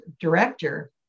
director